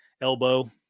elbow